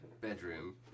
bedroom